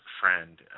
friend